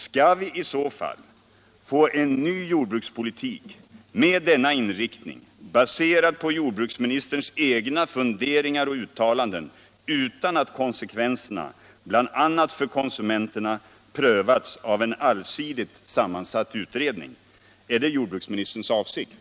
Skall vi i så fall få en ny jordbrukspolitik med en inriktning som är baserad på jordbruksministerns egna funderingar och uttalanden utan att konsekvenserna bl.a. för konsumenterna prövats av en allsidigt sammansatt utredning? Är det jordbruksministerns avsikt?